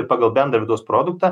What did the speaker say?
ir pagal bendrą vidaus produktą